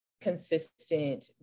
consistent